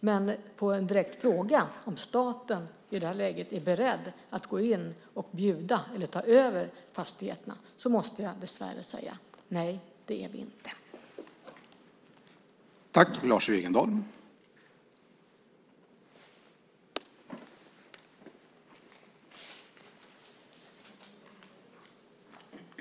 Men på en direkt fråga om staten i det här läget är beredd att gå in och bjuda eller ta över fastigheterna måste jag dessvärre säga: Nej, det är vi inte.